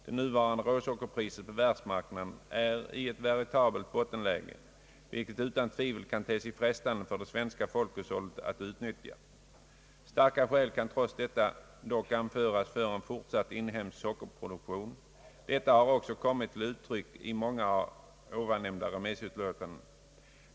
Det nuvarande råsockerpriset på världsmarknaden är i ett veritabelt bottenläge, vilket utan tvivel kan te sig frestande för det svenska folkhushållet att utnyttja. Starka skäl kan trots detta dock anföras för en fortsatt inhemsk sockerproduktion. Detta har också kommit till uttryck i många av ovannämnda remissutlåtanden.